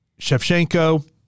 Shevchenko